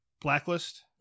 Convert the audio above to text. Blacklist